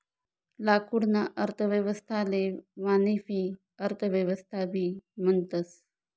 लाकूडना अर्थव्यवस्थाले वानिकी अर्थव्यवस्थाबी म्हणतस